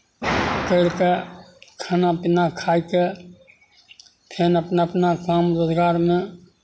करि कऽ खाना पीना खाए कऽ फेन अपना अपना काम रोजगारमे